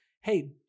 hey